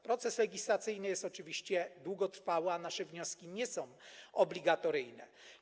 Proces legislacyjny jest oczywiście długotrwały, a nasze wnioski nie są obligatoryjne.